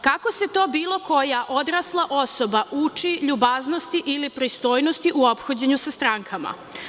Kako se to bilo koja odrasla osoba uči ljubaznosti ili pristojnosti u ophođenju sa strankama?